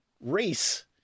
race